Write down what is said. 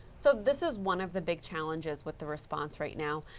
so this is one of the big challenges with the response right now.